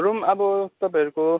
room अब तपाईँहरूको